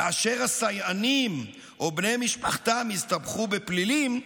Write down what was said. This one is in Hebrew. כאשר הסייענים או בני משפחתם הסתבכו בפלילים,